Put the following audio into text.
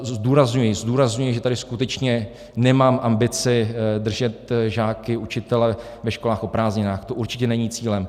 Zdůrazňuji zdůrazňuji , že tady skutečně nemám ambici držet žáky, učitele ve školách o prázdninách, to určitě není cílem.